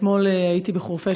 אתמול הייתי בחורפיש,